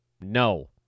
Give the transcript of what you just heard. No